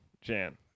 jan